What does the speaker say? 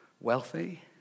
wealthy